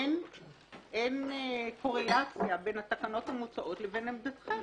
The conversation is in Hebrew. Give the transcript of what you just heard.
אין קורלציה בין התקנות המוצעות לבין עמדתכם.